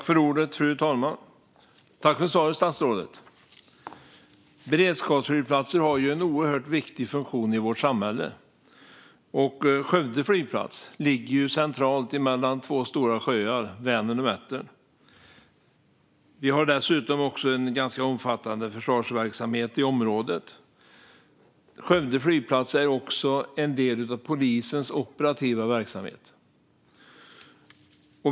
Fru talman! Tack för svaret, statsrådet! Beredskapsflygplatser har en oerhört viktig funktion i vårt samhälle. Skövde flygplats ligger centralt mellan två stora sjöar, Vänern och Vättern. Vi har dessutom också en ganska omfattande försvarsverksamhet i området. Skövde flygplats är också en del av polisens operativa verksamhet.